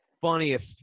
funniest